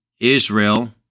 Israel